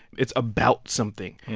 it's about something,